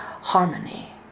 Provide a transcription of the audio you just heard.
harmony